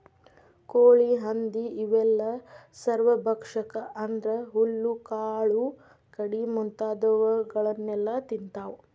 ಕೋಳಿ ಹಂದಿ ಇವೆಲ್ಲ ಸರ್ವಭಕ್ಷಕ ಅಂದ್ರ ಹುಲ್ಲು ಕಾಳು ಕಡಿ ಮುಂತಾದವನ್ನೆಲ ತಿಂತಾವ